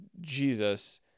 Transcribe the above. Jesus